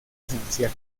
esencial